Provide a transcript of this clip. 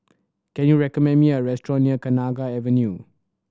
can you recommend me a restaurant near Kenanga Avenue